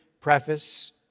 preface